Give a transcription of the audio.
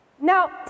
Now